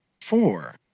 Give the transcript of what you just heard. four